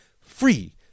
free